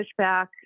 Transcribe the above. pushback